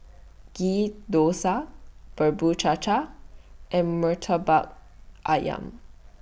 Ghee Thosai Bubur Cha Cha and Murtabak Ayam